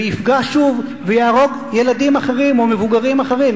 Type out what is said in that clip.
ויפגע שוב ויהרוג ילדים אחרים או מבוגרים אחרים.